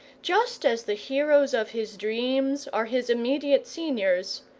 just as the heroes of his dreams are his immediate seniors,